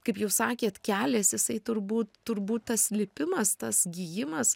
kaip jūs sakėt keliais jisai turbūt turbūt tas lipimas tas gijimas